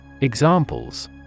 Examples